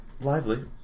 lively